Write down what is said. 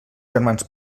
germans